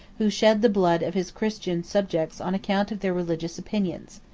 who shed the blood of his christian subjects on account of their religious opinions.